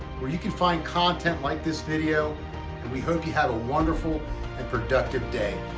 where you can find content like this video. and we hope you have a wonderful and productive day.